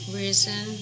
reason